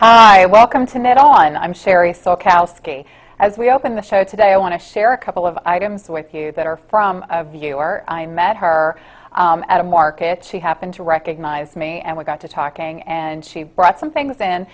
right welcome to net on i'm sherri so koski as we open the show today i want to share a couple of items with you that are from a viewer i met her at a market she happened to recognize me and we got to talking and she brought some things and